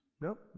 Nope